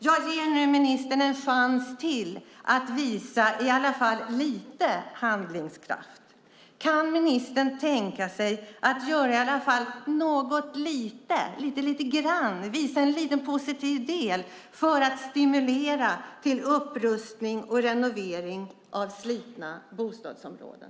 Jag ger nu ministern ytterligare en chans att visa lite handlingskraft. Kan ministern tänka sig att göra åtminstone något lite för att stimulera till upprustning och renovering av slitna bostadsområden?